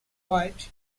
white